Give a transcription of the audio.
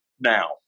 now